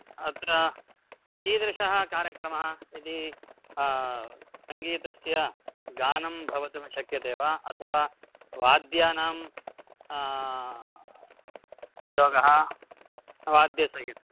अत्र कीदृशः कार्यक्रमः यदि सङ्गीतस्य गानं भवितुं शक्यते वा अथवा वाद्यानां उपयोगः वाद्यसहितम्